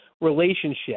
relationship